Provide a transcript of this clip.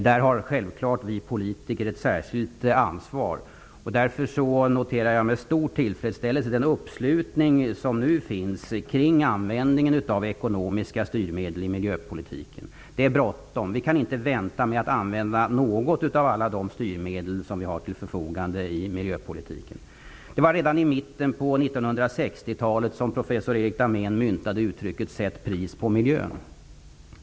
Där har självfallet vi politiker ett särskilt ansvar. Därför noterar jag med stor tillfredsställelse den uppslutning som nu finns kring användningen av ekonomiska styrmedel i miljöpolitiken. Det är bråttom. Vi kan inte vänta med att använda något av alla de styr medel som vi har till förfogande i miljöpolitiken. Det var redan i mitten på 1960-talet som professor Erik Dahmén myntade uttrycket ''Sätt pris på miljön''.